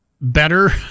better